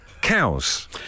Cows